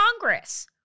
Congress